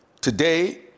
Today